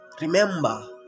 Remember